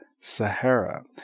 Sahara